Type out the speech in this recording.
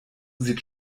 sieht